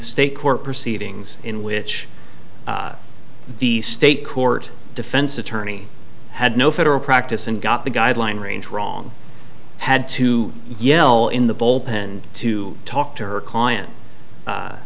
state court proceedings in which the state court defense attorney had no federal practice and got the guideline range wrong had to yell in the bullpen to talk to her client